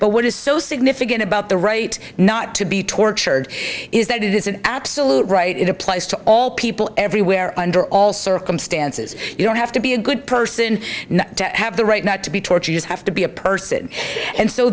but what is so significant about the right not to be tortured is that it is an absolute right it applies to all people everywhere under all circumstances you don't have to be a good person to have the right not to be tortured just have to be a person and so